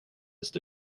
stå